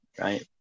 right